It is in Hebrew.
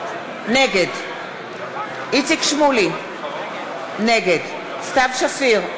נגד איציק שמולי, נגד סתיו שפיר,